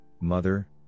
mother